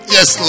Yes